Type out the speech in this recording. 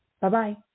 Bye-bye